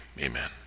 amen